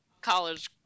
college